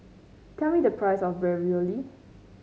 tell me the price of Ravioli